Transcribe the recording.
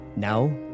Now